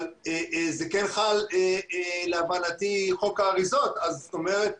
אבל זה להבנתי, חוק האריזות כן חל.